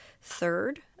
third